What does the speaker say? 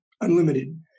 unlimited